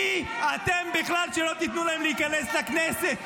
מי אתם בכלל שלא תיתנו להם להיכנס לכנסת?